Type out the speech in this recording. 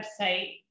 website